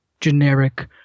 generic